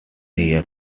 near